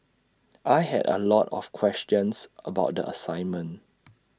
I had A lot of questions about the assignment